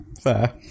fair